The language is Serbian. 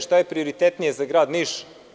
Šta je prioritetnije za grad Niš?